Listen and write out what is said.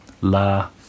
La